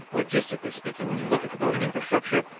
logistically speaking, when you look at the voting infrastructure,